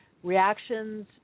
reactions